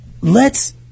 lets